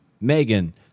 Megan